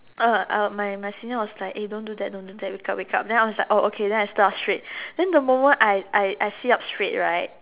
uh uh my my senior was like eh don't do that don't do that wake up wake up then I was like oh okay then I sit up straight then the moment I I I sit up straight right